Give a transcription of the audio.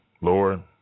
Lord